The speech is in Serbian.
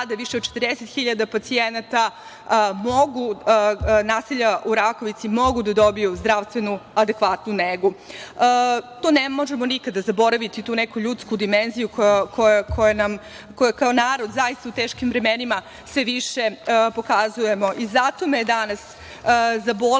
sada više od 40 hiljada pacijenata naselja u Rakovici mogu da dobiju zdravstvenu adekvatnu negu. To ne možemo nikada zaboraviti, tu neku ljudsku dimenziju koju kao narod zaista u teškim vremenima sve više pokazujemo. Zato me je danas zabolela